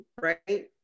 right